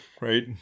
right